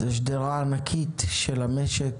זו שדרה ענקית של המשק.